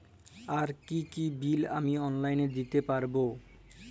আর কি কি বিল আমি অনলাইনে দিতে পারবো?